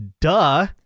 duh